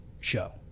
show